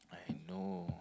I know